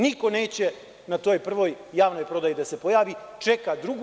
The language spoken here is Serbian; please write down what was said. Niko neće na toj prvoj javnoj prodaji da se pojavi, čeka drugu.